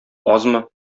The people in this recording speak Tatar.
азмы